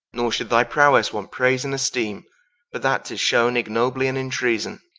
nor should thy prowesse want praise and esteeme, but that tis shewne ignobly, and in treason